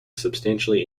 substantially